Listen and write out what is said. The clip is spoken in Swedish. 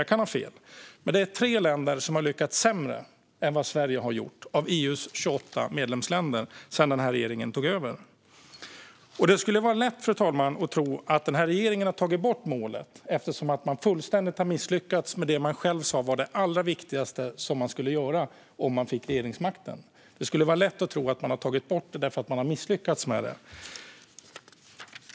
Det är alltså tre av EU:s 28 medlemsländer som har lyckats sämre än vad Sverige har gjort sedan den här regeringen tog över. Det skulle vara lätt att tro, fru talman, att regeringen har tagit bort målet eftersom man har misslyckats fullständigt med det man själv sa var det allra viktigaste man skulle göra om man fick regeringsmakten. Det skulle vara lätt att tro att man tagit bort målet därför att man har misslyckats med det.